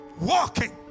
walking